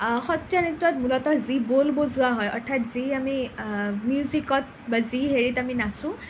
সত্ৰীয়া নৃত্যত মূলতঃ যি বোল বজোৱা হয় অৰ্থাৎ যি আমি মিউজিকত বা যি হেৰিত আমি নাচোঁ